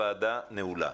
הוועדה נעולה.